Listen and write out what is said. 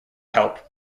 help